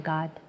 God